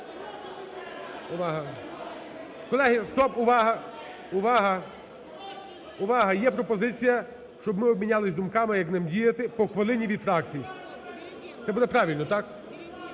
Увага! (Шум у залі) Увага! Я пропозиція, щоб ми обмінялись думками, як нам діяти. По хвилині від фракцій. Це буде правильно, так?